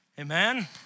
Amen